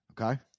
Okay